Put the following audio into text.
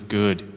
good